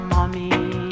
Mommy